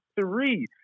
three